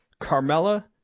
Carmella